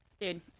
dude